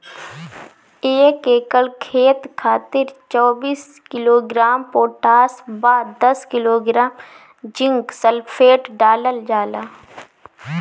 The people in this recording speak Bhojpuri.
एक एकड़ खेत खातिर चौबीस किलोग्राम पोटाश व दस किलोग्राम जिंक सल्फेट डालल जाला?